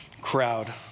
crowd